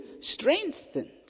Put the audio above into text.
strengthened